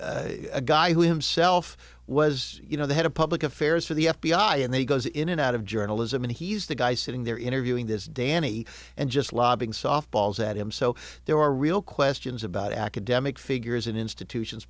s a guy who himself was you know the head of public affairs for the f b i and they goes in and out of journalism and he's the guy sitting there interviewing this danny and just lobbing softballs at him so there are real questions about academic figures in institutions